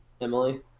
Emily